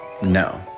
No